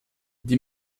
die